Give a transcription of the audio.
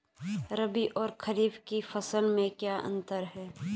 रबी और खरीफ की फसल में क्या अंतर है?